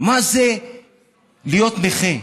מה זה להיות נכה.